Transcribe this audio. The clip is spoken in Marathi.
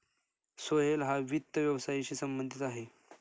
सोहेल हा वित्त व्यवसायाशी संबंधित आहे